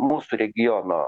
mūsų regiono